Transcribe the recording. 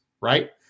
right